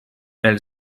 elle